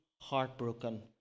heartbroken